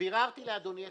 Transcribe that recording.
ביררתי לאדוני.